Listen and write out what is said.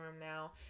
now